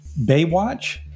Baywatch